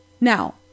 Now